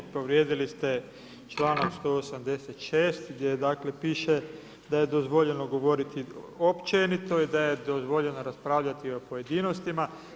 Znači, povrijedili ste čl. 186. gdje dakle piše da je dozvoljeno govoriti općenito i da je dozvoljeno raspravljati o pojedinostima.